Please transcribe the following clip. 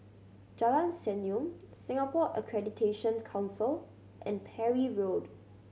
Jalan Senyum Singapore Accreditation's Council and Parry Road